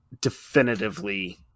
definitively